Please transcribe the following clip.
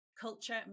culture